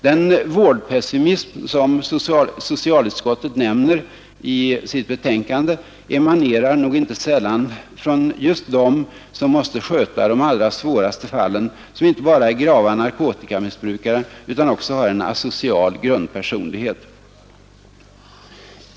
Den vårdpessimism som socialutskottet nämner i sitt betänkande emanerar nog inte sällan från just dem som måste sköta de allra svåraste fallen, som inte bara är grava narkotikamissbrukare utan också har en asocial grundpersonlighet.